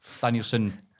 Danielson